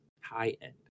High-end